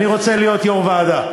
אני רוצה להיות יו"ר ועדה.